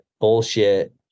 bullshit